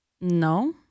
No